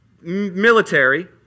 military